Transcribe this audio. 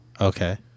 Okay